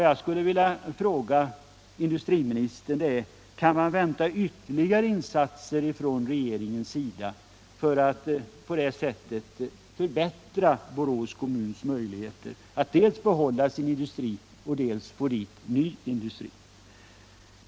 Jag skulle vilja fråga industriministern, om man kan vänta ytterligare insatser från regeringens sida för att på det sättet förbättra Borås kommuns möjligheter att dels behålla sin industri, dels få dit ny industri.